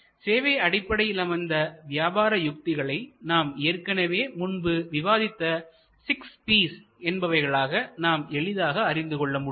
சேவை அடிப்படையில் அமைந்த வியாபார யுக்திகளை நாம் ஏற்கனவே முன்பு விவாதித்த சிக்ஸ் P's six P's என்பவைகளாக நாம் எளிதாக அறிந்து கொள்ள முடியும்